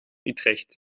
utrecht